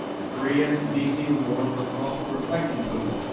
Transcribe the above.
the korean and d c. memorials are across the reflecting pool.